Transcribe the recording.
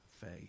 faith